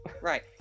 Right